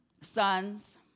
sons